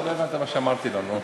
אתה לא הבנת מה שאמרתי לו.